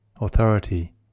authority